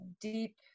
deep